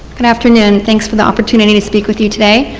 good afternoon, thanks for the opportunity to speak with you today.